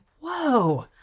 whoa